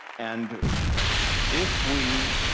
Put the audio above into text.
and if we